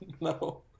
No